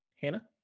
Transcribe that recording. hannah